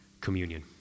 communion